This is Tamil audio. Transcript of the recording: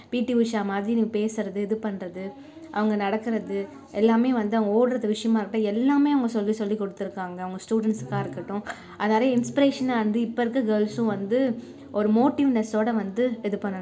பி டி உஷா மாதிரி நீ பேசறது இது பண்றது அவங்க நடக்கிறது எல்லாமே வந்து அவங்க ஓடறது விஷயமாக இருக்கட்டும் எல்லாமே அவங்க சொல்லி சொல்லி கொடுத்திருக்காங்க அவங்க ஸ்டூடண்ட்ஸ்காக இருக்கட்டும் அதால் இன்ஸ்பிரேஷனாக இருந்து இப்போது இருக்க கேர்ள்ஸும் வந்து ஒரு மோட்டிவ்னெஸோடு வந்து இது பண்ணணும்